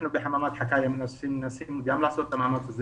אנחנו בחממת חקאיא מנסים גם לעשות את המאמץ הזה